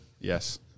Yes